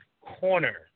Corner